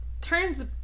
Turns